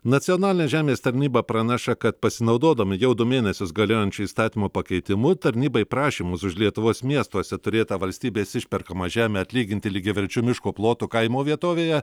nacionalinė žemės tarnyba praneša kad pasinaudodami jau du mėnesius galiojančiu įstatymo pakeitimu tarnybai prašymus už lietuvos miestuose turėtą valstybės išperkamą žemę atlyginti lygiaverčiu miško plotu kaimo vietovėje